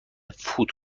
فوت